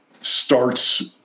starts